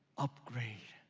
upgrade.